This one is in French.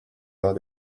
lors